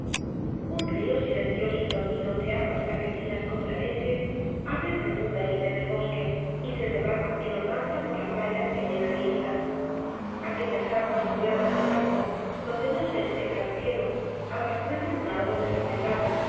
un río silencioso y dormido de aguas blanquecinas como la leche abre profunda herida en el bosque y se derrama en holganza por la playa que llena de islas aquellas aguas nubladas de blanco donde no se espeja el cielo arrastraban un árbol desarraigado